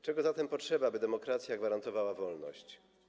Czego zatem potrzeba, aby demokracja gwarantowała wolność?